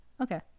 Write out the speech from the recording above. Okay